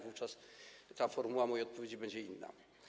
Wówczas formuła mojej odpowiedzi będzie inna.